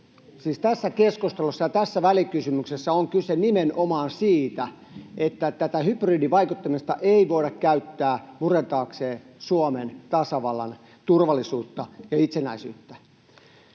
tässä keskustelussa ja tässä välikysymyksessä on kyse nimenomaan siitä, että tätä hybridivaikuttamista ei voitaisi käyttää murentamaan Suomen tasavallan turvallisuutta ja itsenäisyyttä.